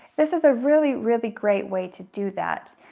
this is a really, really great way to do that.